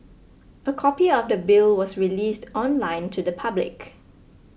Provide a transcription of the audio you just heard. a copy of the bill was released online to the public